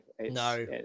no